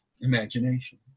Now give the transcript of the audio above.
imagination